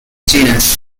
genus